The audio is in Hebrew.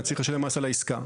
הוא צריך לשלם מס על העסקה.